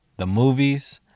the movies.